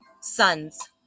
sons